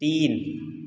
तीन